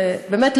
ובאמת,